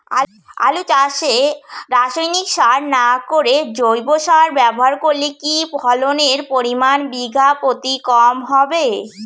আলু চাষে রাসায়নিক সার না করে জৈব সার ব্যবহার করলে কি ফলনের পরিমান বিঘা প্রতি কম হবে?